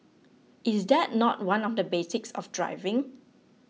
is that not one of the basics of driving